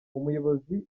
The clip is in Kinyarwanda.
umuyobozi